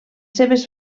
seves